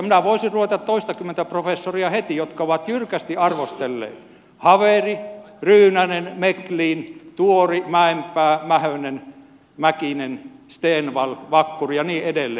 minä voisin nimetä toistakymmentä professoria heti jotka ovat jyrkästi arvostelleet haveri ryynänen meklin tuori mäenpää mähönen mäkinen stenvall vakkuri ja niin edelleen